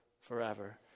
forever